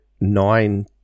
nine